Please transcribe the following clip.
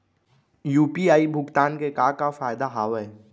UPI भुगतान के का का फायदा हावे?